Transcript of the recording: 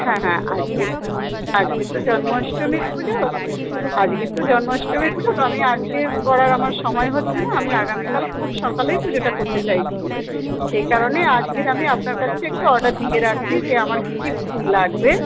হ্যাঁ হ্যাঁ আজকে তো আজকে তো জন্ম অষ্টমীর পুজো আজকে তো জন্ম অষ্টমী পুজো তো আমি আজগের পর আমার সময় হচ্ছে না আমি আগামীকাল খুব সকালেই পুজোটা করতে চাইছি সেই কারণে আজকের আমি আপনার কাছে একটু অর্ডার দিয়ে রাখছি যে আমার কি কি ফুল লাগবে